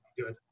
good